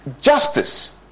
justice